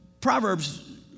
Proverbs